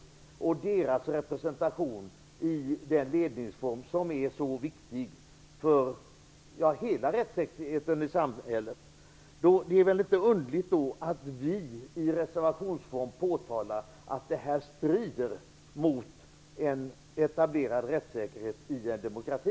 Vidare gäller det deras representation i en ledningsform som är mycket viktig för hela rättssäkerheten i samhället. Då är det väl inte underligt att vi i reservationsform påtalar att det här strider mot en etablerad rättssäkerhet i en demokrati.